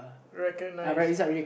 recognize ah